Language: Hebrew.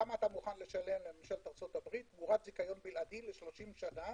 כמה אתה מוכן לשלם לממשלת ארצות הברית תמורת זיכיון בלעדי לשלושים שנה